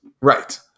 Right